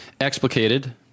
explicated